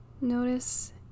Notice